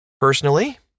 Personally